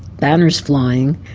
banners flying.